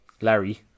Larry